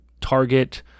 Target